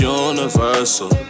universal